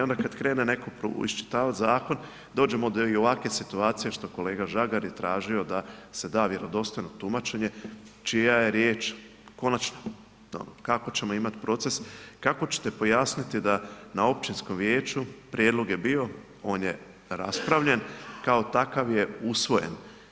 Onda kada krene neko iščitavati zakon dođemo do ovakve situacije što kolega Žagar je tražio da se da vjerodostojno tumačenje čija je riječ konačna kako ćemo imati proces, kako ćete pojasniti da na općinskom vijeću prijedlog je bio, on je raspravljen, kao takav je usvojen.